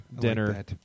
dinner